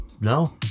No